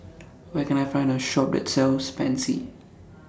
Where Can I Find A Shop that sells Pansy